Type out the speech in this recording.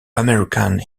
american